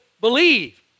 believe